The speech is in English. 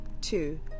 Two